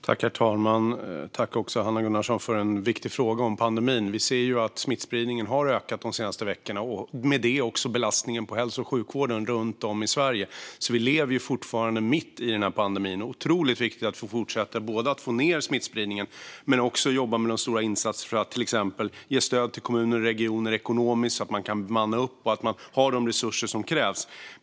Herr talman! Tack, Hanna Gunnarsson, för en viktig fråga om pandemin! Vi ser att smittspridningen har ökat de senaste veckorna och därmed också belastningen på hälso och sjukvården runt om i Sverige. Vi lever fortfarande mitt i pandemin, och det är otroligt viktigt att vi fortsätter att både få ned smittspridningen och jobba med stora insatser för att till exempel ge stöd till kommuner och regioner ekonomiskt så att man kan öka bemanningen och har de resurser som krävs.